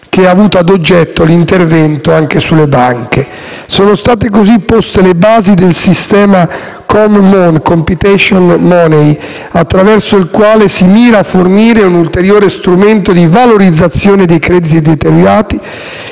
che ha avuto ad oggetto l'intervento sulle banche). Sono così state poste le basi del sistema Common (*competition money*), attraverso il quale si mira a fornire un ulteriore strumento di valorizzazione dei crediti deteriorati,